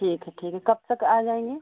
ठीक है ठीक है कब तक आ जाएँगी